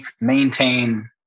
maintain